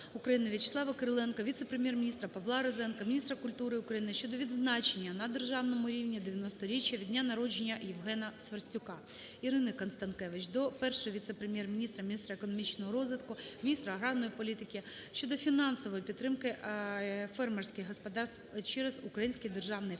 В'ячеслава Кириленка, віце-прем'єр-міністра Павла Розенка, міністра культури України щодо відзначення на державному рівні 90-річчя від дня народження Євгена Сверстюка. ІриниКонстанкевич до Першого віце-прем'єр-міністра - міністра економічного розвитку, міністра аграрної політики щодо фінансової підтримки фермерських господарств через Український державний фонд